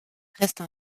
reste